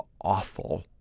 awful